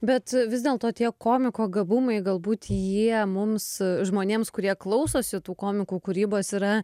bet vis dėlto tie komiko gabumai galbūt jie mums žmonėms kurie klausosi tų komikų kūrybos yra